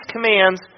commands